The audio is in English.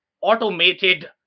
automated